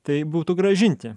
tai būtų grąžinti